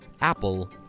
Apple